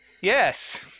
Yes